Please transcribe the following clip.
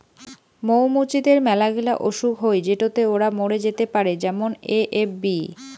মৌ মুচিদের মেলাগিলা অসুখ হই যেটোতে ওরা মরে যেতে পারে যেমন এ.এফ.বি